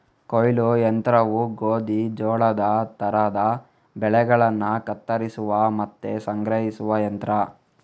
ಕೊಯ್ಲು ಯಂತ್ರವು ಗೋಧಿ, ಜೋಳದ ತರದ ಬೆಳೆಗಳನ್ನ ಕತ್ತರಿಸುವ ಮತ್ತೆ ಸಂಗ್ರಹಿಸುವ ಯಂತ್ರ